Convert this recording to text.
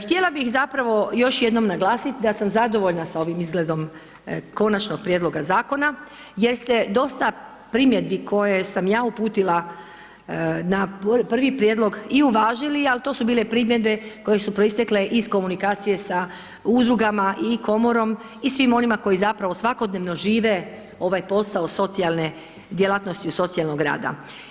Htjela bih zapravo još jednom naglasiti da sam zadovoljna sa ovim izgledom konačnog prijedloga zakona jer ste dosta primjedbi koje sam ja uputila na prvi prijedlog i uvažili ali to su bile primjedbe koje su proistekle iz komunikacije sa udrugama i komorom i svim onima koji zapravo svakodnevno žive ovaj posao socijalne djelatnosti i socijalnog rada.